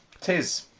Tis